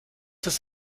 das